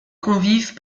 convives